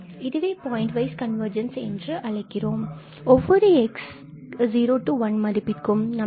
இதுவே pointwise convergence என்று அழைக்கிறோம்